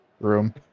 room